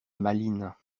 malines